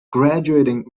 graduating